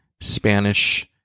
Spanish